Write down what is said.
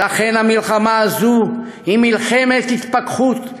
ולכן המלחמה הזאת הייתה מלחמת התפכחות,